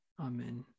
Amen